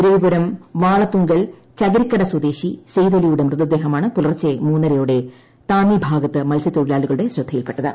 ഇരവിപുരം വാളത്തുങ്കൽ ചകിരിക്കട സ്വദേശി സെയ്തലി യുടെ മൃതദേഹമാണ് പുലർച്ചെ മൂന്നരയോടെ താന്നി ഭാഗത്ത് മത്സ്യത്തൊഴിലാളികളുടെ ശ്രദ്ധയിൽപ്പെട്ടത്